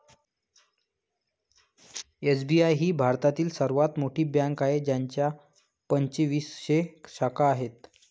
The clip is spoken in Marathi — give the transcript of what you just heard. एस.बी.आय ही भारतातील सर्वात मोठी बँक आहे ज्याच्या पंचवीसशे शाखा आहेत